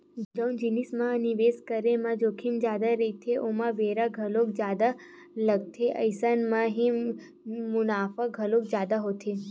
जउन जिनिस म निवेस के करे म जोखिम जादा रहिथे ओमा बेरा घलो जादा लगथे अइसन म ही मुनाफा घलो जादा होथे